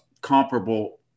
comparable